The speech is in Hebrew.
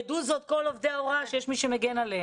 ידעו זאת כל עובדי ההוראה שיש מי שמגן עליהם.